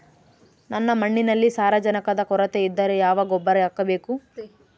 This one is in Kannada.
ನನ್ನ ಮಣ್ಣಿನಲ್ಲಿ ಸಾರಜನಕದ ಕೊರತೆ ಇದ್ದರೆ ಯಾವ ಗೊಬ್ಬರ ಹಾಕಬೇಕು?